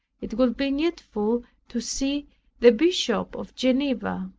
it would be needful to see the bishop of geneva.